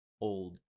old